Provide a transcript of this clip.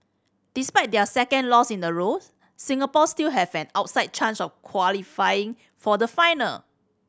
despite their second loss in a row Singapore still have an outside chance of qualifying for the final